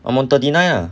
on thirty nine ah